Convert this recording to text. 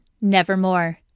Nevermore